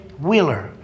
Wheeler